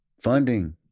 Funding